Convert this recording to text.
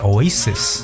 Oasis